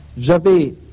J'avais